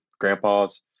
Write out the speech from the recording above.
grandpas